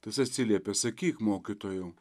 tas atsiliepė sakyk mokytojau